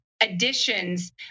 additions